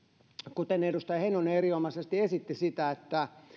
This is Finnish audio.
kuten edustaja heinonen erinomaisesti esitti niin